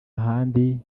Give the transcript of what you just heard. handi